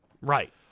Right